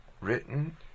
written